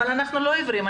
אבל אנחנו לא עיוורים,